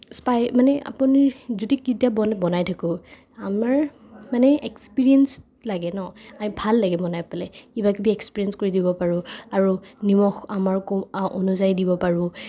spy আৰু মানে আপুনি যদি কেতিয়া বনাই থাকোঁ আমাৰ মানে এক্সপিৰিয়েন্স লাগে ন ভাল লাগে বনাই পেলাই থাকোঁ কিবাকিবি এক্সপিৰিয়েন্স কৰি থাকিব পাৰোঁ আৰু নিমখ আমাৰ অনুযায়ী দিব পাৰোঁ